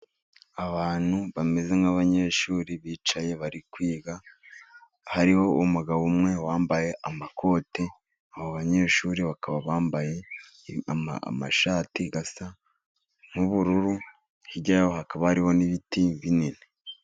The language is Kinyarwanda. Abantu bameze nk'abanyeshuri bicaye bari kwiga, hariho umugabo umwe wambaye amakoti, abo banyeshuri bakaba bambaye amashati, asa nk'ubururu, hirya yaho, hakaba hariho n'ibiti binini.